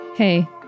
Hey